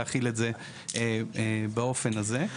להחיל את זה באופן הזה.